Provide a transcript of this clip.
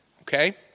okay